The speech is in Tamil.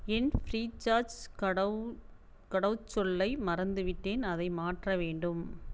என் ஃப்ரீசார்ஜ் கடவு கடவுச்சொல்லை மறந்துவிட்டேன் அதை மாற்ற வேண்டும்